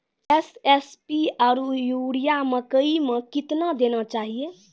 SSP आरु urea मकई मे कितना देना चाहिए?